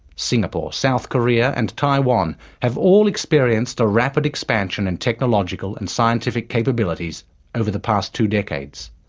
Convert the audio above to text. singapore, south korea, and taiwan have all experienced a rapid expansion in technological and scientific capabilities over the past two decades.